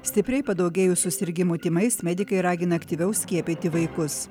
stipriai padaugėjusių susirgimų tymais medikai ragina aktyviau skiepyti vaikus